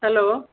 hello